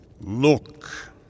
Look